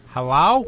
Hello